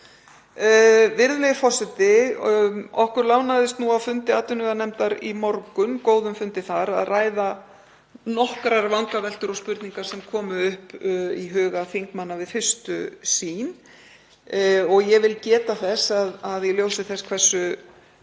Virðulegi forseti. Okkur lánaðist á fundi atvinnuveganefndar í morgun, góðum fundi þar, að ræða nokkrar vangaveltur og spurningar sem komu upp í huga þingmanna við fyrstu sýn. Ég vil geta þess, í ljósi þess hversu